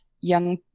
young